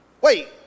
Wait